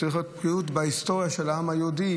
אלא צריכה להיות בקיאות בהיסטוריה של העם היהודי,